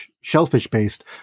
shellfish-based